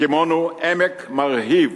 הקימונו עמק מרהיב